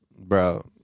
Bro